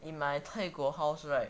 in my 泰国 house right